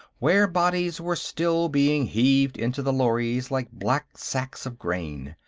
where bodies were still being heaved into the lorries like black sacks of grain.